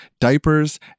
diapers